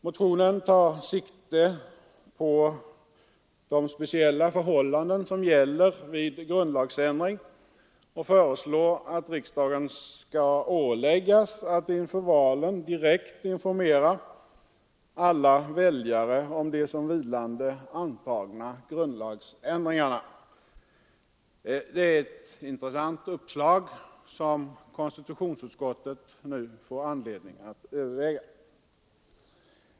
Motionen tar sikte på de speciella förhållanden som gäller för grundlagsändring och föreslår, att riksdagen skall åläggas att inför valen direkt informera alla väljare om de som vilande antagna grundlagsändringarna. Det är ett intressant uppslag, som konstitutionsutskottet nu får anledning att överväga.